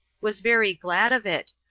was very glad of it,